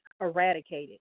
eradicated